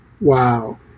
Wow